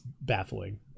baffling